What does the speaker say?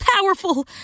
powerful